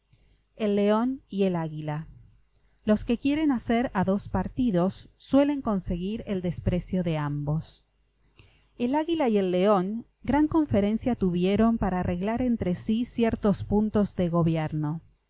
el león y el águila los que quieren hacer a dos partidos suelen conseguir el desprecio de ambos el águila y el león gran conferencia tuvieron para arreglar entre sí ciertos puntos de gobierno